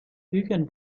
büchern